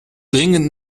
dringend